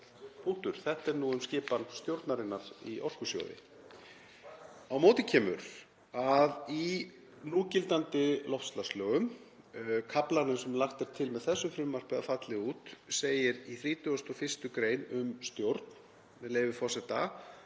Punktur. Þetta er nú um skipan stjórnarinnar í Orkusjóði. Á móti kemur að í núgildandi loftslagslögum, kaflanum sem lagt er til með þessu frumvarpi að falli út, segir í 31. gr. um stjórn, með leyfi forseta: